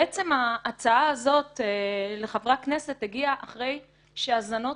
בעצם ההצעה הזאת הגיעה לחברי הכנסת אחרי שהזנות